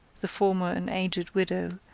the former an aged widow,